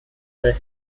the